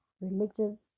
religious